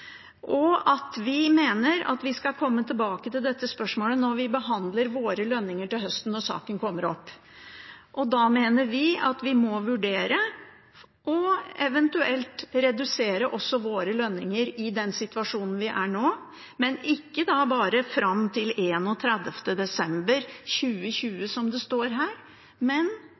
Vi mener at vi skal komme tilbake til dette spørsmålet når vi behandler våre lønninger til høsten, når saken kommer opp. Da mener vi at vi må vurdere eventuelt å redusere også våre lønninger i den situasjonen vi er i nå, og ikke bare fram til 31. desember 2020, som det står her, men